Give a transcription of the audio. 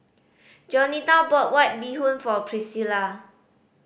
Jaunita bought White Bee Hoon for Pricilla